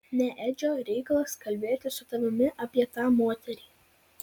ne edžio reikalas kalbėti su tavimi apie tą moterį